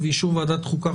ובאישור ועדת החוקה,